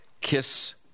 kiss